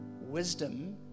wisdom